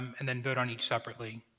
and then vote on each separately.